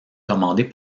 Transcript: commandées